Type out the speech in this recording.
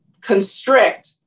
constrict